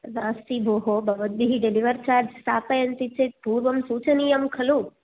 नास्ति भोः भवद्भिः डिलीवार् चार्ज् स्थापयन्ति चेद् पूर्वं सूचनीयं खलु